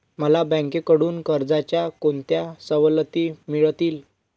मला बँकेकडून कर्जाच्या कोणत्या सवलती मिळतील?